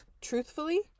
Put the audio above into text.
Truthfully